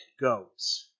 goes